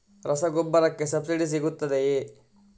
ರಸಗೊಬ್ಬರಕ್ಕೆ ಸಬ್ಸಿಡಿ ಸಿಗುತ್ತದೆಯೇ?